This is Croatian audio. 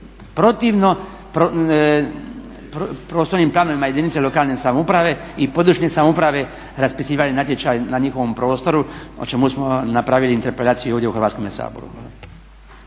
protivno prostornim planovima jedinice lokalne samouprave i područne samouprave raspisivali natječaj na njihovom prostoru o čemu smo napravili interpelaciju ovdje u Hrvatskome saboru.